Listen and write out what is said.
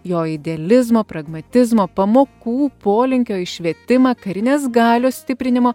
jo idealizmo pragmatizmo pamokų polinkio į švietimą karinės galios stiprinimo